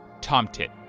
tomtit